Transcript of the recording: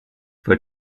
for